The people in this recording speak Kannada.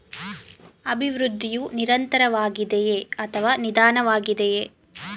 ಅಭಿವೃದ್ಧಿಯು ನಿರಂತರವಾಗಿದೆಯೇ ಅಥವಾ ನಿಧಾನವಾಗಿದೆಯೇ?